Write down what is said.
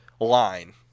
line